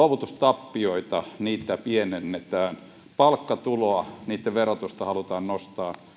luovutustappioita pienennetään palkkatulon verotusta halutaan nostaa